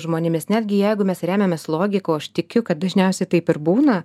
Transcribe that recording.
žmonėmis netgi jeigu mes remiamės logika o aš tikiu kad dažniausiai taip ir būna